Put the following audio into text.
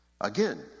Again